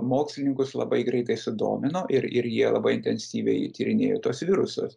mokslininkus labai greitai sudomino ir ir jie labai intensyviai tyrinėjo tuos virusus